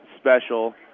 special